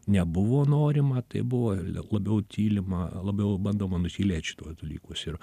nebuvo norima tai buvo labiau tylima labiau bandoma nutylėt šituos dalykus ir